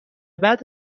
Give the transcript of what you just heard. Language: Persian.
بعد